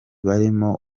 barimo